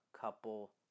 couple